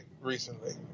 recently